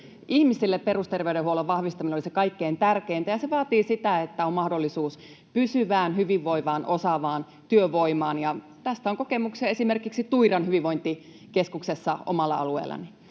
Ihmisille perusterveydenhuollon vahvistaminen olisi kaikkein tärkeintä, ja se vaatii sitä, että on mahdollisuus pysyvään, hyvinvoivaan, osaavaan työvoimaan. Tästä on kokemuksia esimerkiksi Tuiran hyvinvointikeskuksessa omalla alueellani.